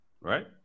right